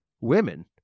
women